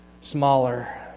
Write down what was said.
smaller